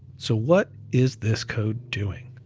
so what is this code doing?